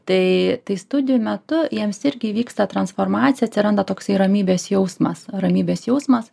tai tai studijų metu jiems irgi įvyksta transformacija atsiranda toksai ramybės jausmas ramybės jausmas